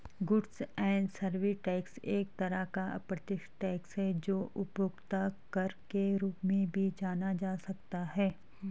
goods and service tax एक तरह का अप्रत्यक्ष टैक्स है जो उपभोक्ता कर के रूप में भी जाना जा सकता है